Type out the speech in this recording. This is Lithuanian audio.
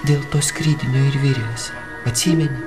dėl to skridinio ir virvės atsimeni